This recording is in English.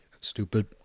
Stupid